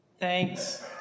thanks